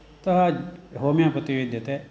ततः होमियोपति विद्यते